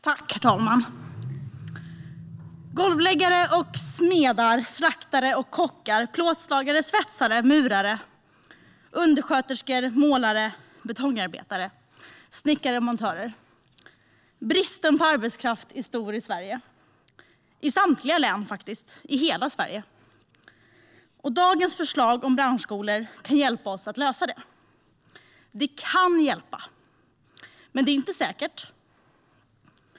Herr talman! Golvläggare och smeder, slaktare och kockar, plåtslagare, svetsare, murare, undersköterskor, målare, betongarbetare, snickare, montörer - bristen på arbetskraft är stor i samtliga län i hela Sverige. Dagens förslag om branschskolor kan hjälpa oss att lösa detta. Det kan hjälpa, men det är inte säkert.